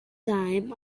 time